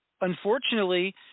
unfortunately